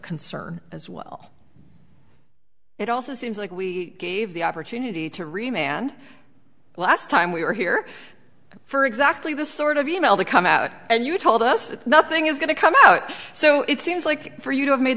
concern as well it also seems like we gave the opportunity to remain and last time we were here for exactly this sort of e mail to come out and you told us that nothing is going to come out so it seems like for you to have made